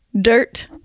dirt